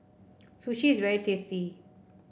sushi is very tasty